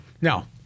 Now